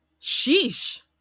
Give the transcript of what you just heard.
Sheesh